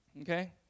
Okay